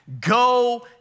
Go